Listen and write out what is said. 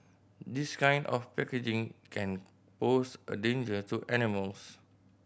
this kind of packaging can pose a danger to animals